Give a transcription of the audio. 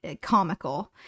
comical